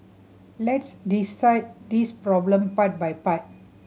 let's dissect this problem part by part